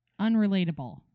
Unrelatable